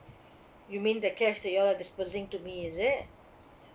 you mean that cash that you all are dispersing to me is it